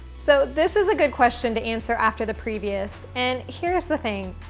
so this is a good question to answer after the previous, and here's the thing,